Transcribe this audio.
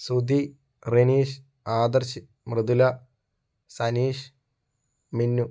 Sudhi Renish Adarsh Mridula Sanish Minnu